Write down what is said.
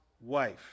wife